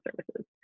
services